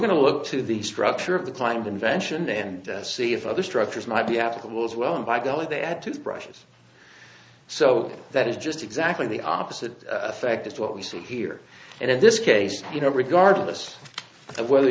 to look to the structure of the client invention and see if other structures might be applicable as well and by golly they add to the brushes so that is just exactly the opposite effect that's what we see here and in this case you know regardless of whether